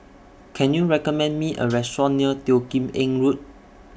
Can YOU recommend Me A Restaurant near Teo Kim Eng Road